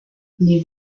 les